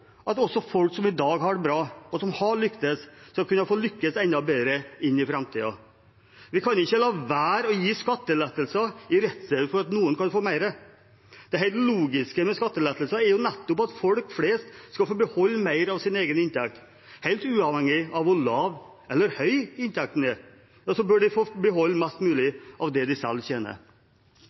også at folk som i dag har det bra, og som har lyktes, skal kunne lykkes enda bedre i framtiden. Vi kan ikke la være å gi skattelettelser i redsel for at noen kan få mer. Det helt logiske med skattelettelser er jo nettopp at folk flest skal få beholde mer av sin egen inntekt. Helt uavhengig av hvor lav eller høy inntekten er, bør de få beholde mest mulig av det de selv tjener.